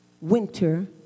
winter